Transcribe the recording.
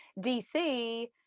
DC